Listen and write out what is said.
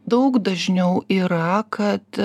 daug dažniau yra kad